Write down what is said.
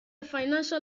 financial